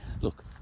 look